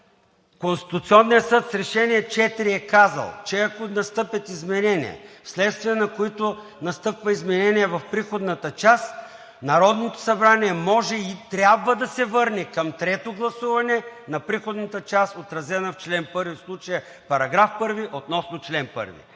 Конституционният съд с Решение № 4 е казал, че ако настъпи изменение, вследствие на което настъпва изменение на приходната част, Народното събрание може и трябва да се върне към трето гласуване на приходната част, отразена в чл. 1, в случая § 1 относно чл. 1.